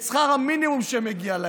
את מה שמגיע להם, את שכר המינימום שמגיע להם,